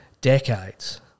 decades